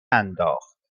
انداخت